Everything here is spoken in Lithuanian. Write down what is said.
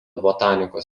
botanikos